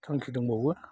थांखि दंबावो